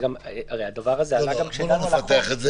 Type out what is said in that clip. הרי הדבר הזה עלה גם --- לא נפתח את זה